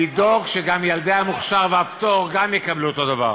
לדאוג שגם ילדי המוכר והפטור יקבלו אותו דבר.